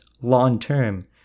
long-term